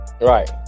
Right